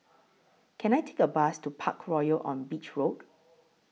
Can I Take A Bus to Parkroyal on Beach Road